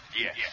Yes